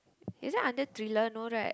is that under thriller no right